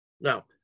now